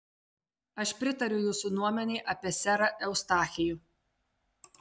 aš pritariu jūsų nuomonei apie serą eustachijų